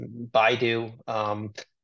Baidu